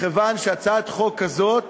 מכיוון שהצעת חוק כזאת,